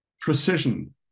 Precision